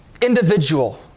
individual